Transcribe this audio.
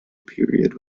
period